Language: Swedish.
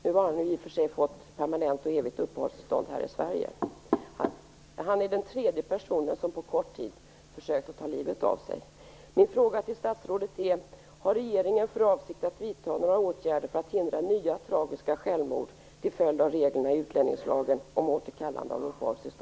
Nu har han i och för sig fått permanent och evigt uppehållstillstånd här i Han är den tredje personen som på kort tid försökt att ta livet av sig.